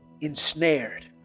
ensnared